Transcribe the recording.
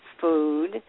food